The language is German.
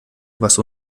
was